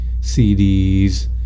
CDs